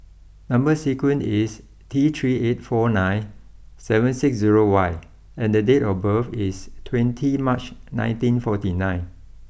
number sequence is T three eight four nine seven six zero Y and the date of birth is twenty March nineteen forty nine